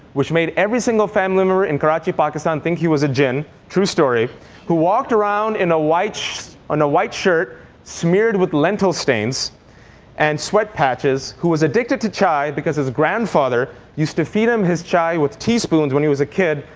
which made every single family member in karachi, pakistan think he was a djinn true story who walked around in a white and white shirt smeared with lentil stains and sweat patches, who was addicted to chai, because his grandfather used to feed him his chai with teaspoons when he was a kid.